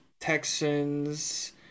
Texans